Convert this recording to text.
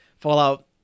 Fallout